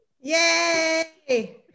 Yay